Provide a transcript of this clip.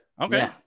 okay